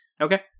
Okay